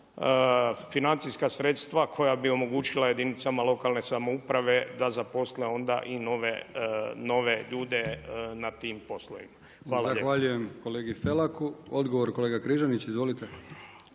financijska sredstva koja bi omogućila jedinicama lokalne samouprave da zaposle onda i nove ljude na tim poslovima. Hvala